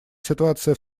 ситуация